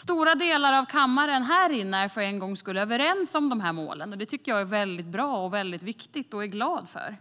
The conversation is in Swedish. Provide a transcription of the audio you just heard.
Stora delar här inne i kammaren är för en gångs skull överens om målen. Det tycker jag är väldigt bra och viktigt, och jag är glad över